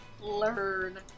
Learn